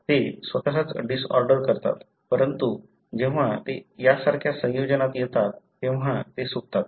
ते स्वतःच डिसऑर्डर करतात परंतु जेव्हा ते यासारख्या संयोजनात येतात तेव्हा ते सुटतात